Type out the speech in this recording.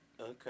Okay